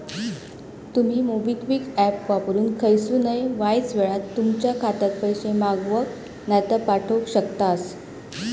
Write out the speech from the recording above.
तुमी MobiKwik app वापरून खयसूनय वायच येळात तुमच्या खात्यात पैशे मागवक नायतर पाठवक शकतास